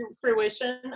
fruition